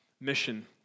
mission